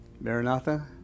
Maranatha